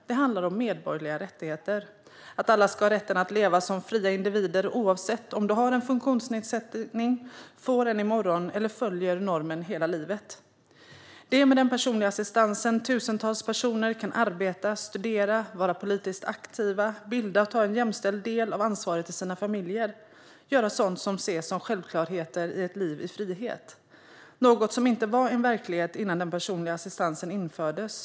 Det handlar om medborgerliga rättigheter - att alla ska ha rätten att leva som fria individer oavsett om de har en funktionsnedsättning, får en i morgon eller följer normen hela livet. Det är med den personliga assistansen tusentals personer kan arbeta, studera, vara politiskt aktiva, bilda sig och ta en jämställd del av ansvaret i sina familjer - göra sådant som ses som självklarheter i ett liv i frihet. Det är något som inte var en verklighet innan den personliga assistansen infördes.